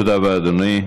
תודה רבה, אדוני.